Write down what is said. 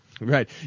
Right